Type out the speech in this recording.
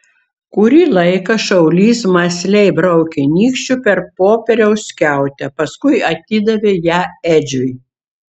kurį laiką šaulys mąsliai braukė nykščiu per popieriaus skiautę paskui atidavė ją edžiui